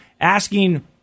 asking